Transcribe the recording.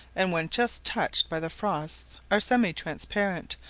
and when just touched by the frosts are semi-transparent,